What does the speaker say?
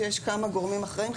שיש כמה גורמים אחראים,